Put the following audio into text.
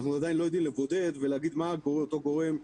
אנחנו לא יודעים לבודד ולהגיד מה אותו גורם.